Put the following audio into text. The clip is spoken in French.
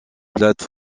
plates